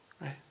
right